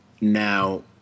Now